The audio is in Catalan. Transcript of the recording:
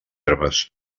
herbes